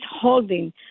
holding